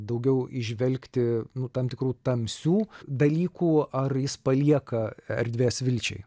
daugiau įžvelgti nu tam tikrų tamsių dalykų ar jis palieka erdvės vilčiai